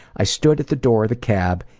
i stood at the door of the cab.